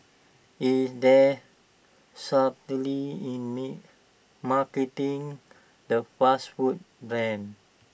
is there subtlety in marketing the fast food brand